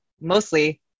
mostly